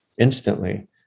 instantly